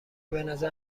بنظر